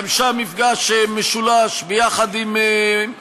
וגם שם יהיה מפגש משולש ביחד עם היוונים.